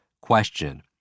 Question